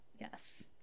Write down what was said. Yes